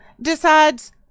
decides